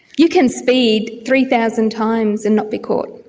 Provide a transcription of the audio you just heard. you can speed three thousand times and not be caught.